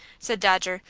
said dodger,